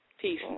Peace